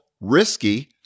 Risky